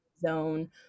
zone